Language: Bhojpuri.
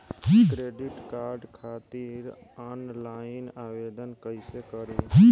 क्रेडिट कार्ड खातिर आनलाइन आवेदन कइसे करि?